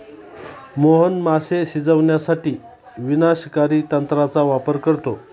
मोहन मासे शिजवण्यासाठी विनाशकारी तंत्राचा वापर करतो